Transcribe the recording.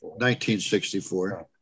1964